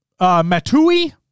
Matui